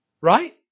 right